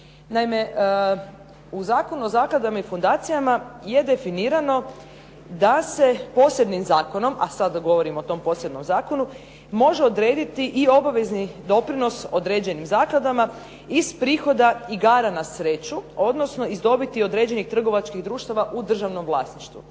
Naime, u Zakonu o zakladama i fundacijama je definirano da se posebnim zakonom, a sada govorim o tom posebnom zakonu može odrediti i obavezni doprinos određenim zakladama iz prihoda igara na sreću, odnosno iz dobiti određenih trgovačkih društava u državnom vlasništvu.